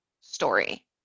story